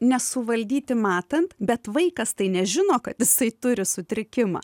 nesuvaldyti matant bet vaikas tai nežino kad jisai turi sutrikimą